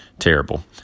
Terrible